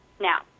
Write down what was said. Now